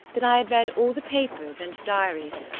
that i had read all the papers and diaries,